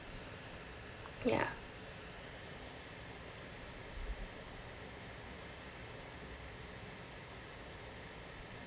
ya